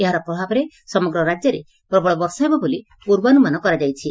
ଏହାର ପ୍ରଭାବରେ ସମଗ୍ର ରାଜ୍ୟରେ ପ୍ରବଳ ବର୍ଷା ହେବ ବୋଲି ପୂର୍ବାନୁମାନ କରାଯାଇଛି